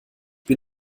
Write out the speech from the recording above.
bin